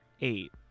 eight